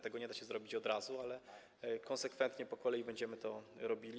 Tego nie da się zrobić od razu, ale konsekwentnie po kolei będziemy to robili.